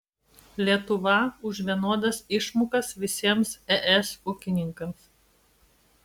lietuva už vienodas išmokas visiems es ūkininkams